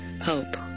hope